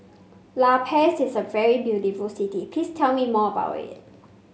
La Paz is a very beautiful city Please tell me more about it